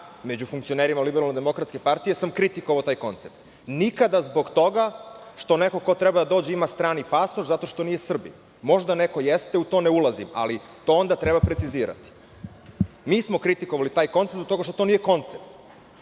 među funkcionerima LDP sam kritikovao taj koncept. Nikada zbog toga što neko ko treba da dođe ima strani pasoš zato što nije Srbin. Možda neko jeste, u to ne ulazim. To onda treba precizirati. Mi smo kritikovali taj koncept zbog toga što to nije koncept.